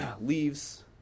leaves